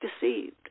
deceived